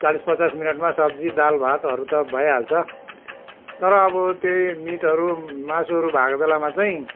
चालिस पचास मिनटमा सब्जी दाल भातहरू त भइहाल्छ तर अब त्यही मिटहरू मासुहरू भएको बेलामा चाहिँ